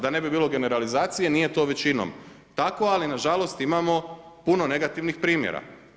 Da ne bi bilo generalizacije nije to većinom tako, ali na žalost imamo puno negativnih primjera.